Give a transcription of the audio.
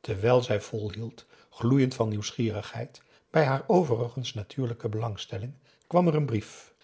terwijl zij volhield gloeiend van nieuwsgierigheid bij haar overigens natuurlijke belangstelling kwam er een brief